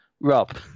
Rob